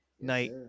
night